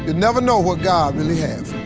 but never know what god really had